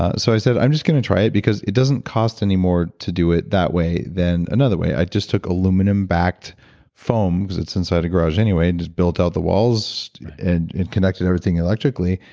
ah so, i said, i'm just going to try it because it doesn't cost anymore to do it that way than another way. i just took aluminum-backed foam because it's inside a garage anyway, and just built out the walls and and connected everything electrically.